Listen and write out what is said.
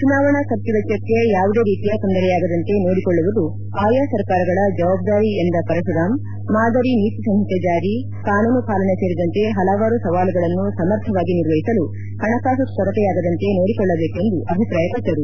ಚುನಾವಣಾ ಖರ್ಚು ವೆಚ್ಚಕ್ಕೆ ಯಾವುದೇ ರೀತಿಯ ತೊಂದರೆಯಾಗದಂತೆ ನೋಡಿಕೊಳ್ಳುವುದು ಆಯಾ ಸರ್ಕಾರಗಳ ಜವಾಬ್ದಾರಿ ಎಂದ ಪರಶುರಾಂ ಮಾದರಿ ನೀತಿಸಂಹಿತೆ ಜಾರಿ ಕಾನೂನು ಪಾಲನೆ ಸೇರಿದಂತೆ ಹಲವಾರು ಸವಾಲುಗಳನ್ನು ಸಮರ್ಥವಾಗಿ ನಿರ್ವಹಿಸಲು ಹಣಕಾಸು ಕೊರತೆಯಾಗದಂತೆ ನೋಡಿಕೊಳ್ಳಬೇಕೆಂದು ಅಭಿಪ್ರಾಯಪಟ್ಟರು